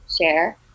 share